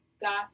got